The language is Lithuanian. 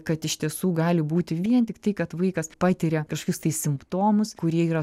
kad iš tiesų gali būti vien tik tai kad vaikas patiria kažkokius tai simptomus kurie yra